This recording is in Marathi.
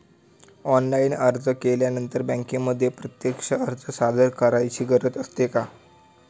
ऑनलाइन अर्ज केल्यानंतर बँकेमध्ये प्रत्यक्ष अर्ज सादर करायची गरज असते का?